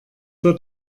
für